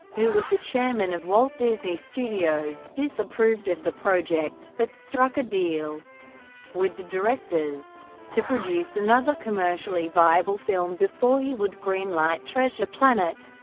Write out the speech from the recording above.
who was the chairman of walt disney studios, disapproved of the project, but struck a deal with the directors to produce another commercially viable film before he would green-light treasure planet.